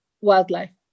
wildlife